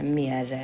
mer